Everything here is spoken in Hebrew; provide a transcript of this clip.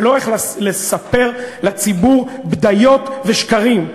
ולא איך לספר לציבור בדיות ושקרים,